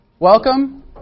Welcome